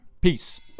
Peace